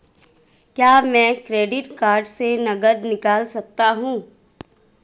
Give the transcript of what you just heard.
क्या मैं credit card से नकद निकाल सकता हूँ?